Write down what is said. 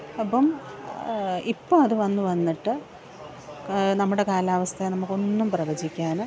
അപ്പം ഇപ്പോൾ അത് വന്ന് വന്നിട്ട് നമ്മുടെ കാലാവസ്ഥയെ നമുക്കൊന്നും പ്രവചിക്കാൻ